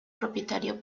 propietario